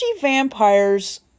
vampires